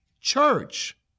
church